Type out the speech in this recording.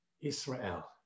Israel